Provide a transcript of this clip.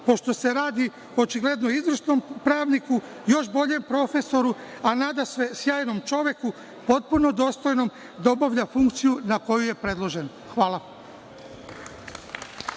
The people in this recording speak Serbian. pošto se radi očigledno o izvršnom pravniku, još bolje profesoru, a nadasve sjajnom čoveku potpuno dostojnom da obavlja funkciju na koju je predložen. Hvala.